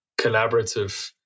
collaborative